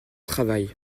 travail